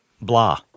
Blah